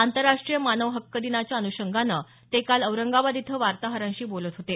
आंतरराष्ट्रीय मानव हक्क दिनाच्या अनुषंगानं ते काल औरंगाबाद इथं वार्ताहरांशी बोलत होते